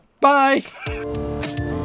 Bye